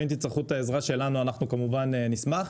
אם תצטרכו את העזרה שלנו, אנחנו כמובן נשמח.